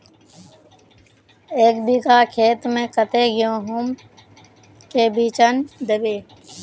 एक बिगहा खेत में कते गेहूम के बिचन दबे?